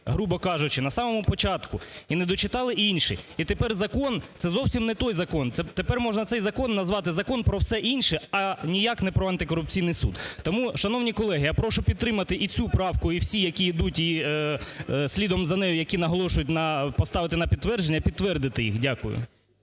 грубо кажучи, на самому початку і не дочитали інші. І тепер закон – це зовсім не той закон. Тепер можна цей закон назвати "закон про все інше", а не ніяк не про антикорупційний суд. Тому, шановні колеги, я прошу підтримати і цю правку, і всі, які ідуть слідом за нею, які наголошують поставити на підтвердження, підтвердити їх. Дякую.